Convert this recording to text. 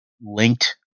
linked